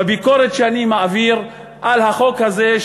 בביקורת שאני מעביר על החוק הזה,